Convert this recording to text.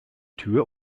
tür